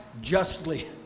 justly